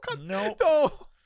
No